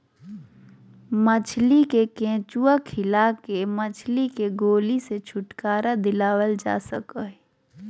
मछली के केंचुआ खिला के मछली के गोली से छुटकारा दिलाल जा सकई हई